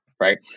right